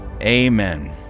Amen